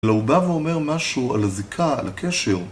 לא, הוא בא ואומר משהו על הזיקה, על הקשר.